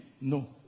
no